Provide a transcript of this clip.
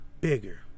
bigger